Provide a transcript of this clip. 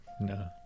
No